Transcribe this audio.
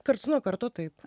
karts nuo karto taip